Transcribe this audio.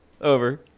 Over